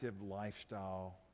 lifestyle